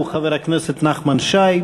הוא חבר הכנסת נחמן שי.